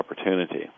opportunity